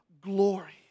glory